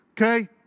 Okay